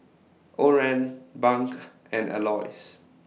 Oran Bunk and Aloys